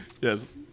Yes